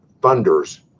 funders